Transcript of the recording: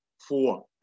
four